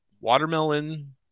watermelon